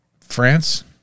France